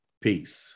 peace